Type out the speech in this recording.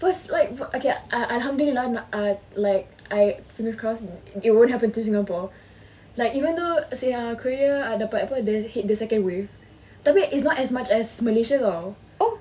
first like okay like alhamdulilah ah like I finger crossed it won't happen to singapore like even though yang korea dapat apa the second wave tapi it's not as much as malaysia [tau]